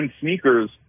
sneakers